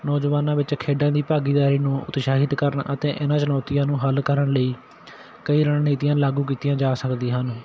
ਨੌਜਵਾਨਾਂ ਵਿੱਚ ਖੇਡਾਂ ਦੀ ਭਾਗੀਦਾਰੀ ਨੂੰ ਉਤਸ਼ਾਹਿਤ ਕਰਨਾ ਅਤੇ ਇਹਨਾਂ ਚੁਣੌਤੀਆਂ ਨੂੰ ਹੱਲ ਕਰਨ ਲਈ ਕਈ ਰਣਨੀਤੀਆਂ ਲਾਗੂ ਕੀਤੀਆਂ ਜਾ ਸਕਦੀਆਂ ਹਨ